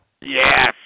Yes